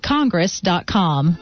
Congress.com